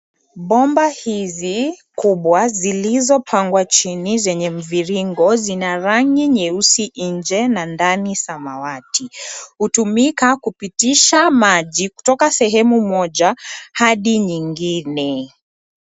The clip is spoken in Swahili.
Bomba hizi kubwa zilizopangwa chini zenye mviringo zina rangi nyeusi nje na ndani samawati. Hutumika kupitisha maji kutoka sehemu moja hadi nyingine.